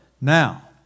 now